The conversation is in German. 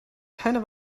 keinen